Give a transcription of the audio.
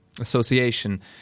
association